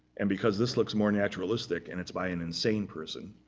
and because this looks more naturalistic, and it's by an insane person,